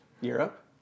Europe